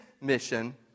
mission